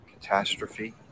catastrophe